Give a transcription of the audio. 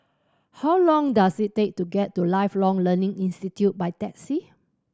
how long does it take to get to Lifelong Learning Institute by taxi